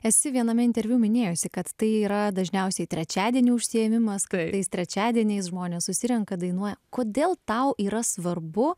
esi viename interviu minėjusi kad tai yra dažniausiai trečiadienį užsiėmimas kariais trečiadieniais žmonės susirenka dainuoja kodėl tau yra svarbu